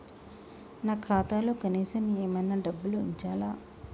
నా ఖాతాలో కనీసం ఏమన్నా డబ్బులు ఉంచాలా?